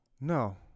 No